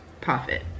profit